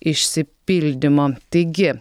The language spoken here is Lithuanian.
išsipildymo taigi